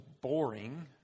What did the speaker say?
boring